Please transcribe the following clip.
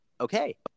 okay